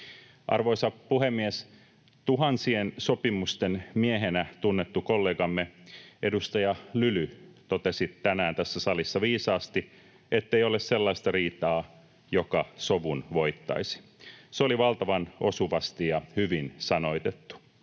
Arvoisa puhemies! Tuhansien sopimusten miehenä tunnettu kollegamme, edustaja Lyly, totesi tänään tässä salissa viisaasti, ettei ole sellaista riitaa, joka sovun voittaisi. Se oli valtavan osuvasti ja hyvin sanoitettu.